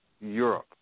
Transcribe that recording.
Europe